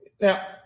Now